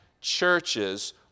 churches